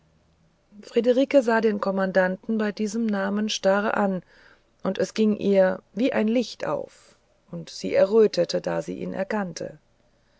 friederike sah den kommandanten bei diesem namen starr an und es ging ihr wie ein licht auf und sie errötete da sie ihn erkannte